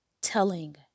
telling